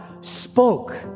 spoke